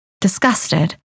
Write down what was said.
Disgusted